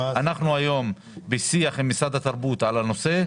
אנחנו היום בשיח עם משרד התרבות על הנושא,